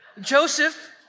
Joseph